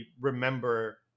remember